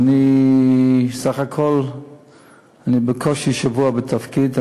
סך הכול אני בקושי שבוע בתפקיד.